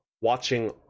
watching